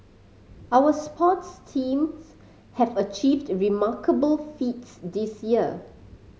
our sports teams have achieved remarkable feats this year